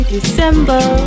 December